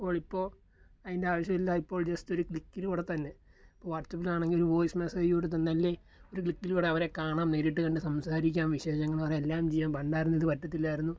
അപ്പോളിപ്പോൾ അതിൻ്റെ ആവശ്യമില്ല ജസ്റ്റ് ഒരു ക്ലിക്കിലൂടെ തന്നെ വാട്സപ്പിലാണെങ്കിൽ ഒരു വോയിസ് മെസ്സേജിലൂടെ തന്നെ ഒരു അല്ലേ ക്ളിക്കിലൂടെ അവരെ കാണാം നേരിട്ടു കണ്ടു സംസാരിക്കാം വിശേഷങ്ങളറിയാം എല്ലാം ചെയ്യാം പണ്ടായിരുന്നെ ഇതു പറ്റത്തില്ലായിരുന്നു